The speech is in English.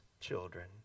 children